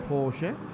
Porsche